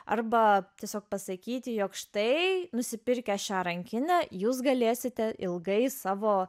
arba tiesiog pasakyti jog štai nusipirkę šią rankinę jūs galėsite ilgai savo